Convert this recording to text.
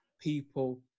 people